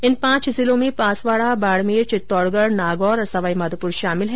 इन पांच जिलों में बांसवाडा बाड़मेर चित्तौडगढ नागौर और सवाईमाधोपुर शामिल हैं